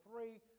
three